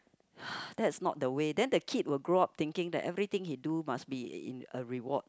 that's not the way then the kids will grow up thinking that everything he do must be in a reward